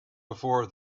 before